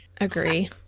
Agree